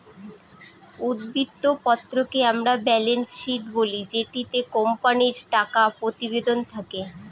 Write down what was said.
উদ্ধৃত্ত পত্রকে আমরা ব্যালেন্স শীট বলি যেটিতে কোম্পানির টাকা প্রতিবেদন থাকে